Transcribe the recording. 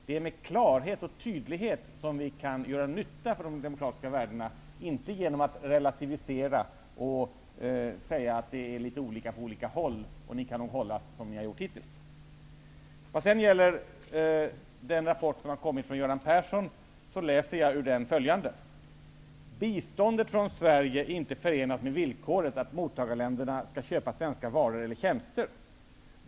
Det är med klarhet och tydlighet som vi kan göra nytta för de demokratiska värdena inte genom att relativisera och säga att det är litet olika på olika håll och att ett visst land kan få fortsätta att agera som hittills. Vidare har vi rapporten från Göran Persson. Där framgår följande: Biståndet från Sverige är inte förenat med villkoret att mottagarländerna skall köpa svenska varor eller tjänster.